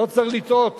לא צריך לטעות